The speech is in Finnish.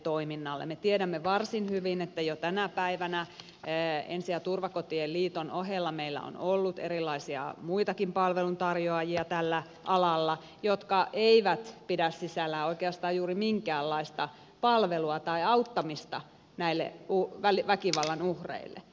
me tiedämme varsin hyvin että jo tänä päivänä ensi ja turvakotien liiton ohella meillä on ollut tällä alalla erilaisia muitakin palveluntarjoajia jotka eivät pidä sisällään oikeastaan juuri minkäänlaista palvelua tai auttamista näille väkivallan uhreille